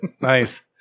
Nice